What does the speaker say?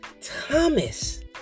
Thomas